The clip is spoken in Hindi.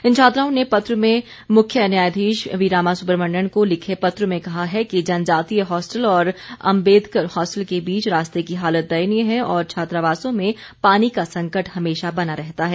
इन छात्राओं ने पत्र में मुख्य न्यायाधीश वीरामासुब्रमण्यन को लिखे पत्र में कहा है कि जनजातीय हॉस्टल और अम्बेदकर हॉस्टल के बीच रास्ते की हालत दयनीय है और छात्रावासों में पानी का संकट हमेशा बना रहता है